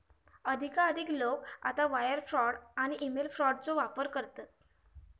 अधिकाधिक लोका आता वायर फ्रॉड आणि ईमेल फ्रॉडचो वापर करतत